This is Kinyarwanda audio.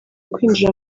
kwinjira